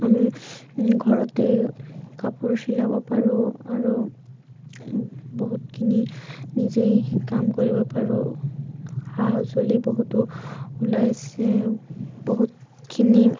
আমি ঘৰতেই কাপোৰ চিলাব পাৰোঁ আৰু বহুতখিনি নিজেই কাম কৰিব পাৰোঁ সা সঁজুলি বহুতো ওলাইছে বহুতখিনি